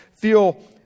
feel